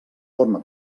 forma